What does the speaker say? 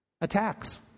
attacks